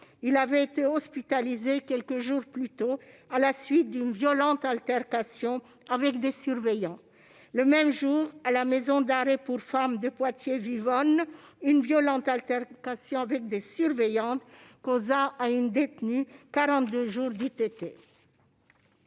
il avait été hospitalisé quelques jours plus tôt à la suite d'une violente altercation avec des surveillants. Le même jour, à la maison d'arrêt pour femmes de Poitiers-Vivonne, une violente altercation avec des surveillantes causa à une détenue quarante-deux jours d'ITT.